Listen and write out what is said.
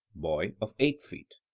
boy of eight feet.